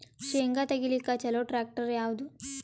ಶೇಂಗಾ ತೆಗಿಲಿಕ್ಕ ಚಲೋ ಟ್ಯಾಕ್ಟರಿ ಯಾವಾದು?